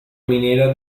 minera